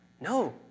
No